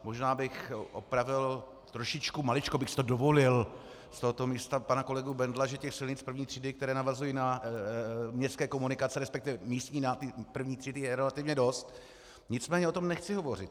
Možná bych opravil trošičku, maličko bych si to dovolil z tohoto místa, pana kolegu Bendla, že silnic I. třídy, které navazují na městské komunikace, resp. místních na první třídy, je relativně dost, nicméně o tom nechci hovořit.